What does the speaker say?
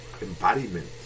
embodiment